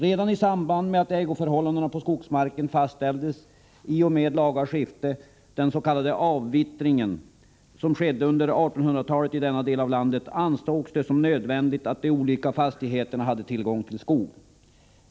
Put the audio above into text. Redan i samband med att ägoförhållandena på skogsmarken fastställdes i och med laga skifte — den s.k. avvittringen, som skedde under 1800-talet i denna del av landet — ansågs det nödvändigt att de olika fastigheterna hade tillgång till skog.